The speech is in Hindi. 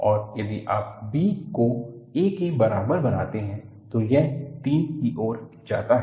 और यदि आप b को a के बराबर बनाते हैं तो यह 3 की ओर जाता है